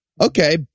okay